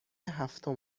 هفتم